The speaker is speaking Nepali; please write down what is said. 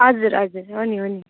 हजुर हजुर हो नि हो नि